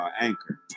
Anchor